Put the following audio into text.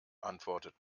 antwortet